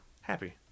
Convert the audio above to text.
Happy